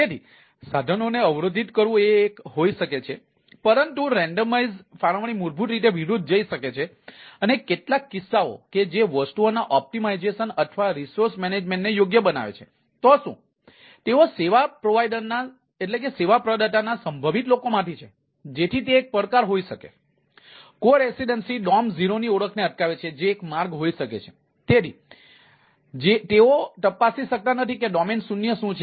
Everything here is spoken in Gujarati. તેથી એક મેપિંગ શૂન્ય શું છે